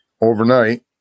overnight